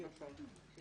ו-10(ב).